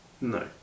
No